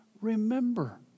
remember